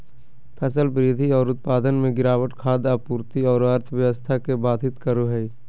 फसल वृद्धि और उत्पादन में गिरावट खाद्य आपूर्ति औरो अर्थव्यवस्था के बाधित करो हइ